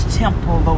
temple